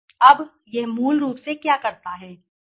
अब यह मूल रूप से क्या करता है